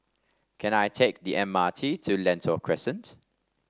can I take the M R T to Lentor Crescent